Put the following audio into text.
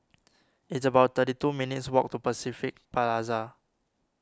it's about thirty two minutes' walk to Pacific Plaza